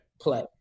play